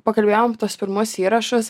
pakalbėjom tuos pirmus įrašus